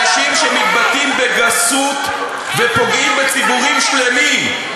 אני משווה אנשים שמתבטאים בגסות ופוגעים בציבורים שלמים.